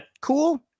Cool